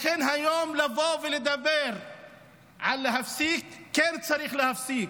לכן, היום לבוא ולדבר להפסיק, כן, צריך להפסיק,